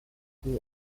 die